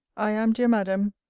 i am, dear madam,